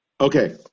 Okay